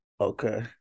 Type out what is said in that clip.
Okay